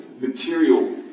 material